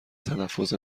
تلفظ